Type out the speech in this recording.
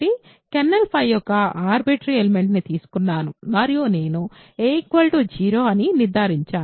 కాబట్టి నేను కెర్నల్ యొక్క ఆర్బిటరీ ఎలిమెంట్ ని తీసుకున్నాను మరియు నేను a0 అని నిర్ధారించాను